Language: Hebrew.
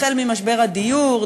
החל במשבר הדיור,